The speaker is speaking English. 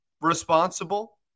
responsible